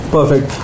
Perfect